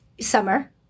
summer